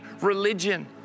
religion